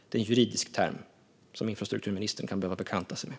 Det är en juridisk term, som infrastrukturministern kan behöva bekanta sig med.